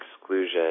exclusion